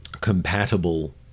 compatible